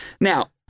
Now